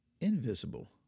invisible